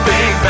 Big